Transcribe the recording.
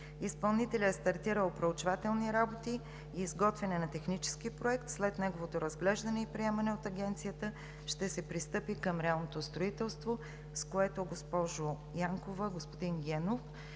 Изпълнителят е стартирал проучвателни работи и изготвяне на технически проект. След неговото разглеждане и приемане от Агенцията ще се пристъпи към реалното строителство, с което, госпожо Янкова, господин Генов,